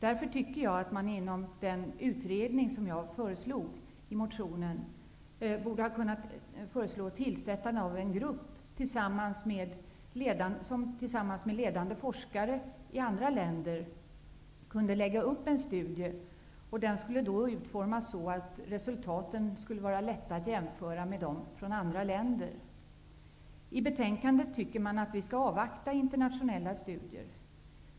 Därför tycker jag att man inom ramen för den utredning som jag föreslagit i motionen borde kunna tillsätta en grupp, som tillsammans med ledande forskare i andra länder kunde lägga upp en studie. Den skulle utformas så att resultatet blir lätt att jämföra med resultat från andra länder. I betänkandet tycker man att vi skall avvakta internationella studier.